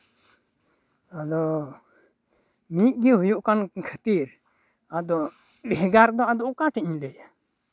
ᱟᱫᱚ ᱢᱤᱫᱜᱮ ᱦᱩᱭᱩᱜ ᱠᱟᱱ ᱠᱷᱟᱹᱛᱤᱨ ᱟᱫᱚ ᱵᱷᱮᱜᱟᱨ ᱫᱚ ᱟᱫᱚ ᱚᱠᱟ ᱴᱷᱮᱡ ᱤᱧ ᱞᱟᱹᱭᱟ